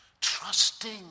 trusting